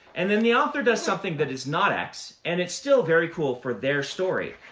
and then the author does something that is not x, and it's still very cool for their story.